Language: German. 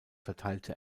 verteilte